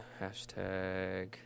Hashtag